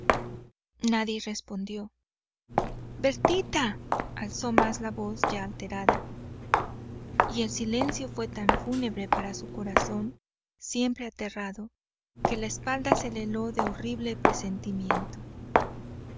nadie respondió bertita alzó más la voz ya alterada y el silencio fué tan fúnebre para su corazón siempre aterrado que la espalda se le heló de horrible presentimiento